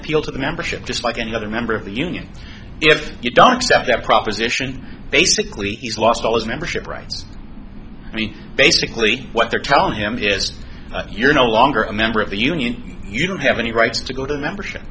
appeal to the membership just like any other member of the union if you don't accept that proposition basically he's lost all his membership rights and basically what they're telling him here is you're no longer a member of the union you don't have any rights to go to membership